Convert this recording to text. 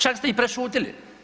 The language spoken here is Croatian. Čak ste i prešutili.